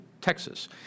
Texas